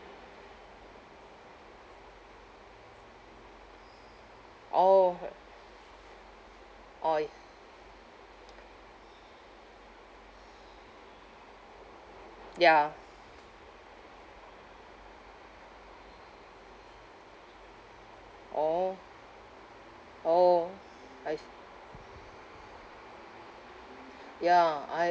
orh orh ya orh orh I s~ ya I